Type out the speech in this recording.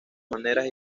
maneras